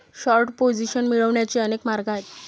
short position मिळवण्याचे अनेक मार्ग आहेत